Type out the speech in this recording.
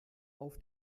auf